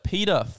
Peter